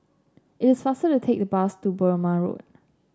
it is faster to take the bus to Burmah Road